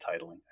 titling